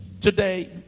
today